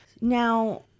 Now